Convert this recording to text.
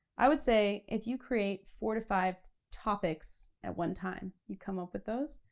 i would say if you create four to five topics at one time, you come up with those,